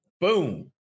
Boom